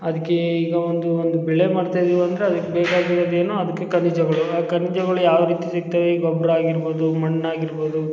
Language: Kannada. ಅದಕ್ಕೆ ಈಗ ಒಂದು ಒಂದು ಬೆಳೆ ಮಾಡ್ತಾ ಇದೀವಿ ಅಂದರೆ ಅದಕ್ಕೆ ಬೇಕಾಗಿರೋದೇನು ಅದಕ್ಕೆ ಖನಿಜಗಳು ಆ ಖನಿಜಗಳು ಯಾವ ರೀತಿ ಸಿಗ್ತವೆ ಈ ಗೊಬ್ಬರ ಆಗಿರ್ಬೋದು ಮಣ್ಣಾಗಿರ್ಬೋದು